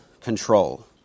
control